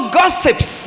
gossips